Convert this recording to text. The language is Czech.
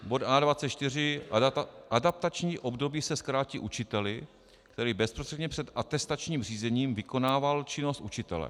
Bod A24, adaptační období se zkrátí učiteli, který bezprostředně před atestačním řízením vykonával činnost učitele.